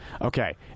Okay